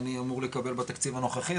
חלק אני אמור לקבל בתקציב הנוכחי,